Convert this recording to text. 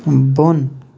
بۄن